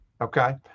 Okay